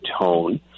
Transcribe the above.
tone